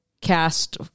cast